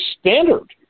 standard